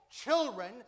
children